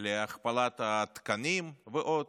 על הכפלת התקנים ועוד.